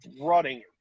running